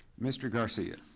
mr. garcia.